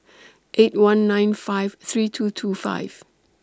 eight one nine five three two two five